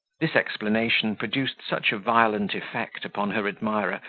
this explanation produced such a violent effect upon her admirer,